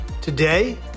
Today